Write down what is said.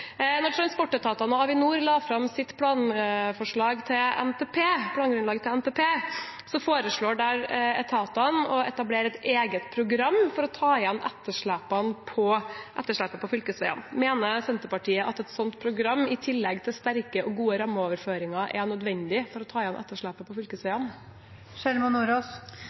transportetatene og Avinor la fram sitt plangrunnlag til NTP, foreslo etatene å etablere et eget program for å ta igjen etterslepet på fylkesveiene. Mener Senterpartiet at et slikt program, i tillegg til sterke og gode rammeoverføringer, er nødvendig for å ta igjen etterslepet på fylkesveiene?